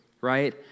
Right